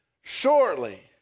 shortly